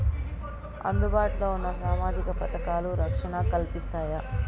అందుబాటు లో ఉన్న సామాజిక పథకాలు, రక్షణ కల్పిస్తాయా?